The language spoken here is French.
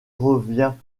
revient